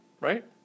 Right